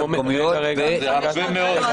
--- זה הרבה מאוד.